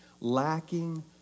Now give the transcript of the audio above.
Lacking